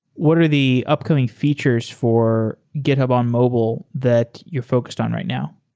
what are the upcoming features for github on mobile that you're focused on right now?